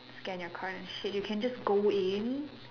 scan your card and shit you can just go in